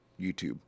YouTube